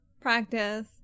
practice